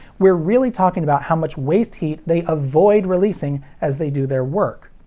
we're really talking about how much waste heat they avoid releasing as they do their work.